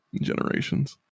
Generations